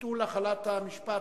(ביטול החלת המשפט,